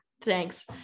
thanks